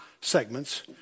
segments